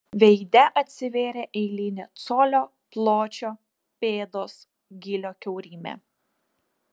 veide atsivėrė eilinė colio pločio pėdos gylio kiaurymė